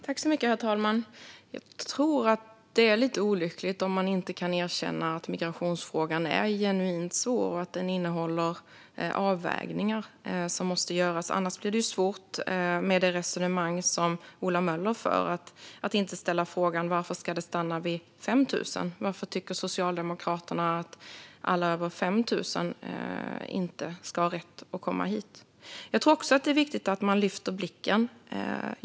Herr talman! Jag tror att det är lite olyckligt om man inte kan erkänna att migrationsfrågan är genuint svår och att den innehåller avvägningar som måste göras. Erkänner man inte det blir det med det resonemang som Ola Möller för svårt att inte ställa frågan varför det ska stanna vid 5 000 - varför tycker Socialdemokraterna att alla över 5 000 inte ska ha rätt att komma hit? Jag tror också att det är viktigt att man lyfter blicken.